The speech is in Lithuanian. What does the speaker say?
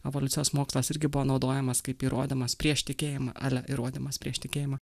evoliucijos mokslas irgi buvo naudojamas kaip įrodymas prieš tikėjimą ale įrodymas prieš tikėjimą